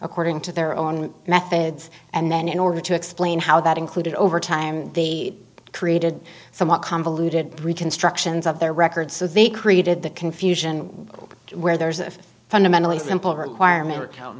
according to their own methods and then in order to explain how that included overtime the created somewhat convoluted reconstructions of their record so they created the confusion where there's a fundamentally simple requirement